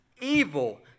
evil